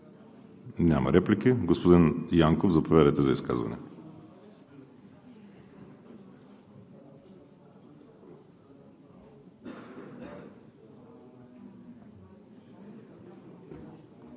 Няма. Господин Янков, заповядайте за изказване.